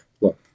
look